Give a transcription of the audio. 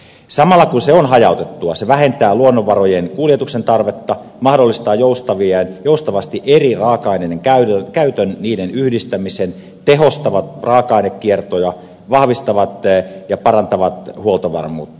samalla kun se on hajautettua se vähentää luonnonvarojen kuljetuksen tarvetta mahdollistaa joustavasti eri raaka aineiden käytön niiden yhdistämisen tehostaa raaka ainekiertoja vahvistaa ja parantaa huoltovarmuutta